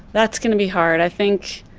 that's going to be hard. i think